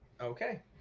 Okay